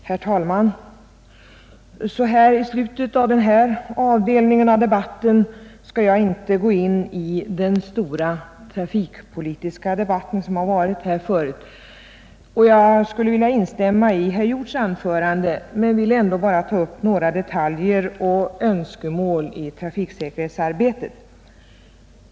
Herr talman! Så här i slutet av denna avdelning av debatten skall jag inte gå in i den stora trafikpolitiska diskussion som förts mellan några av de föregående talarna. Jag kan instämma i herr Hjorths anförande men vill därutöver ta upp några detaljer och önskemål rörande trafiksäkerhetsarbetet.